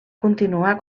continuar